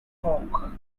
talk